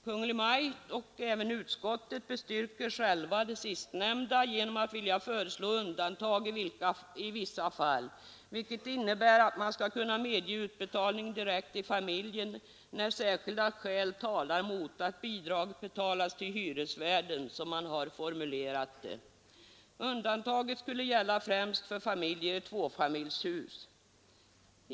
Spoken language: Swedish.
Kungl. Maj:t och utskottet bestyrker det sistnämnda genom att föreslå undantag ”i vissa fall”, vilket innebär att man skall kunna medge utbetalning direkt till familjen när ”särskilda skäl talar mot att bidraget betalas till hyresvärden”, som man har formulerat det. Undantaget skulle gälla främst för familjer i tvåfamiljshus.